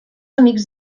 amics